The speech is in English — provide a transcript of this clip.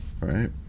Right